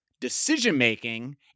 Decision-making